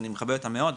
שאני מכבד אותה מאוד.